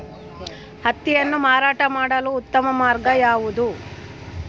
ಹತ್ತಿಯನ್ನು ಮಾರಾಟ ಮಾಡಲು ಉತ್ತಮ ಮಾರ್ಗ ಯಾವುದು?